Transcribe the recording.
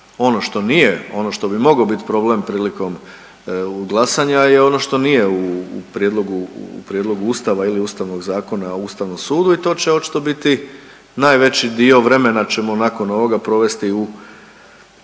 Ono što nije, ono što bi mogao biti problem prilikom glasanja j e ono što nije u prijedlogu Ustava ili Ustavnog zakona o Ustavnom sudu i to će očito biti najveći dio vremena ćemo nakon ovoga provesti u